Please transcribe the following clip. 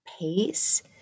pace